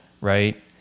right